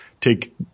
take